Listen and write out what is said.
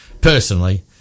personally